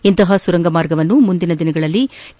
ಇಂತಹ ಸುರಂಗ ಮಾರ್ಗವನ್ನು ಮುಂದಿನ ದಿನಗಳಲ್ಲಿ ಕೆ